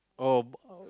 oh